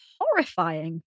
Horrifying